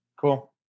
Cool